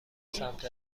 سمت